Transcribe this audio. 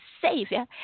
Savior